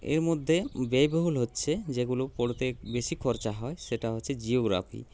এর মধ্যে ব্যয়বহুল হচ্ছে যেগুলো পড়তে বেশি খরচা হয় সেটা হচ্ছে জিওগ্রাফি